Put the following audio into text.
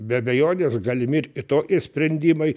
be abejonės galimi ir kitokie sprendimai